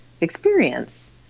experience